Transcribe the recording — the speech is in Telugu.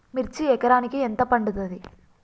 మిర్చి ఎకరానికి ఎంత పండుతది?